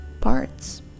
parts